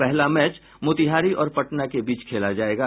पहला मैच मोतिहारी और पटना के बीच खेला जायेगा